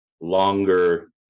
longer